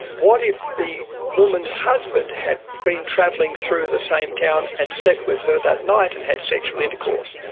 what if the woman's husband had been travelling through the same town and slept with her that night and had sexual intercourse?